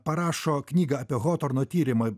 parašo knygą apie hotorno tyrimą